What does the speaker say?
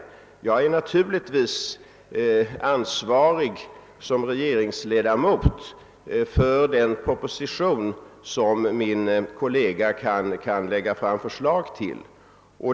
Jag är naturligtvis som regeringsledamot ansvarig för den proposition som min kollega kan lägga fram förslag till.